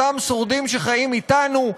אותם שורדים שחיים אתנו,